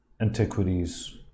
antiquities